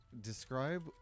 Describe